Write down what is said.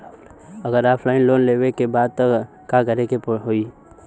अगर offline loan लेवे के बा त का करे के होयी?